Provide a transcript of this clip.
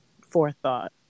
forethought